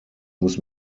muss